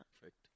Perfect